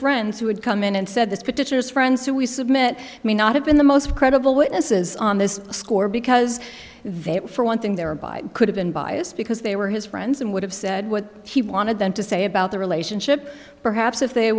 friends who had come in and said this petitioners friends who we submit may not have been the most credible witnesses on this score because they for one thing they were by could have been biased because they were his friends and would have said what he wanted them to say about the relationship perhaps if they